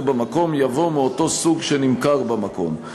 במקום" יבוא "מאותו סוג שנמכר במקום".